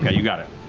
you got it.